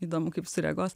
įdomu kaip sureaguos